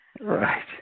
Right